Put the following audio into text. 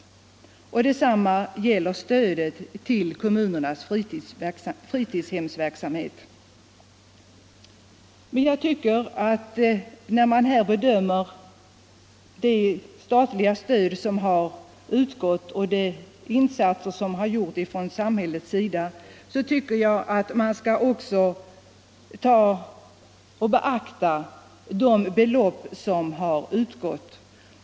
Detsamma bör gälla stödet till kommunernas fri 55 tidshemsverksamhet.” När man bedömer det statliga stödet och de insatser som har gjorts från samhällets sida, så tycker jag att man också skall beakta de belopp som har utbetalats.